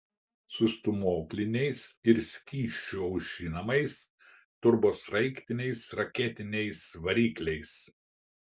su stūmokliniais ir skysčiu aušinamais turbosraigtiniais ar raketiniais varikliais